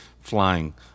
flying